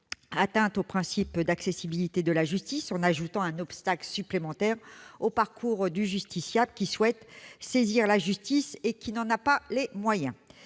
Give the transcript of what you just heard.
atteinte au principe d'accessibilité de la justice, en ajoutant un obstacle supplémentaire au parcours du justiciable qui souhaite saisir la justice, mais qui n'en a pas les moyens.